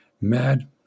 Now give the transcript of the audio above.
Mad